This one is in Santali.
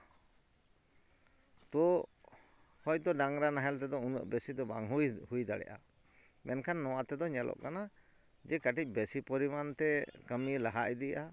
ᱛᱚ ᱦᱳᱭᱛᱳ ᱰᱟᱝᱨᱟ ᱱᱟᱦᱮᱞ ᱛᱮᱫᱚ ᱩᱱᱟᱹᱜ ᱵᱮᱥᱤ ᱫᱚ ᱵᱟᱝ ᱦᱚᱸ ᱦᱩᱭ ᱫᱟᱲᱮᱭᱟᱜᱼᱟ ᱢᱮᱱᱠᱷᱟᱱ ᱱᱚᱣᱟ ᱛᱮᱫᱚ ᱧᱮᱞᱚᱜ ᱠᱟᱱᱟ ᱡᱮ ᱠᱟᱹᱴᱤᱡ ᱵᱮᱥᱤ ᱯᱚᱨᱤᱢᱟᱱ ᱛᱮ ᱠᱟᱹᱢᱤ ᱞᱟᱦᱟ ᱤᱫᱤᱜᱼᱟ